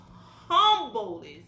humblest